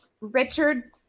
Richard